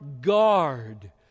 guard